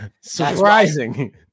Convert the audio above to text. Surprising